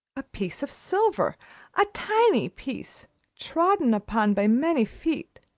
a piece of silver a tiny piece trodden upon by many feet,